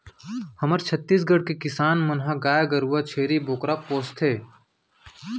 हमर छत्तीसगढ़ के किसान मन ह गाय गरूवा, छेरी बोकरा पोसथें